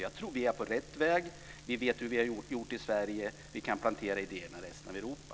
Jag tror att vi är på rätt väg. Vi vet hur vi har gjort i Sverige och kan plantera idéerna i resten av Europa.